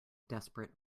desperate